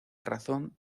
razón